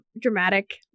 dramatic